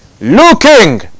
looking